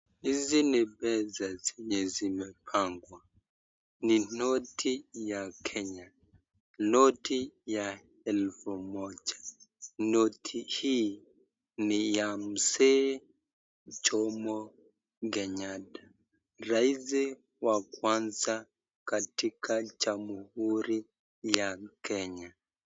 Hizi ni pesa zenye zimepangwa, ni noti ya Kenya noti ya elfu moja noti hii ni ya Mzee jomo Kenyatta , rais wa kwanza katika jamuhuri ya kenya.